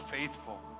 faithful